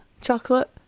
Chocolate